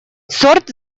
сорт